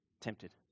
tempted